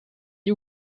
you